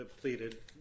pleaded